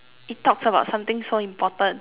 it talks about something so important